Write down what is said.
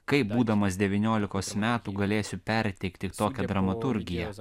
kaip būdamas devyniolikos metų galėsiu perteikti tokią dramaturgiją